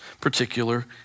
particular